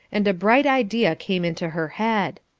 and a bright idea came into her head.